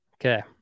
Okay